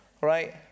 right